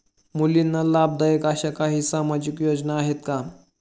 मुलींना लाभदायक अशा काही सामाजिक योजना आहेत का?